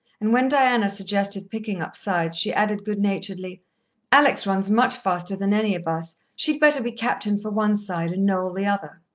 and when diana suggested picking up sides, she added good-naturedly alex runs much faster than any of us she'd better be captain for one side, and noel the other.